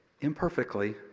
Imperfectly